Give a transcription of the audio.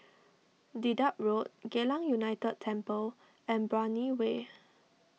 Dedap Road Geylang United Temple and Brani Way